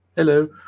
Hello